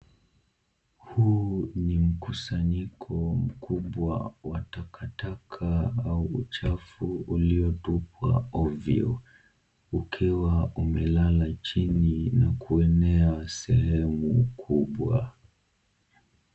Huu ni mkusanyiko mkubwa wa takataka au uchafu uliotupwa ovyo, ukiwa umelala chini na kuenea sehemu kubwa.